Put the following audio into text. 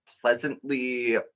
pleasantly